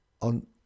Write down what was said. on